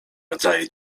rodzaje